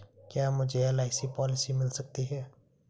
क्या मुझे LIC policy मिल सकती है?